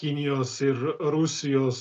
kinijos ir rusijos